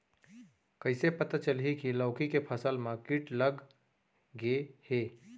कइसे पता चलही की लौकी के फसल मा किट लग गे हे?